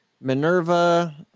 Minerva